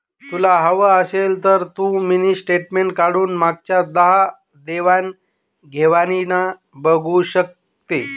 तुला हवं असेल तर तू मिनी स्टेटमेंट काढून मागच्या दहा देवाण घेवाणीना बघू शकते